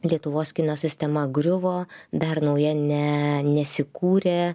lietuvos kino sistema griuvo dar nauja ne nesikūrė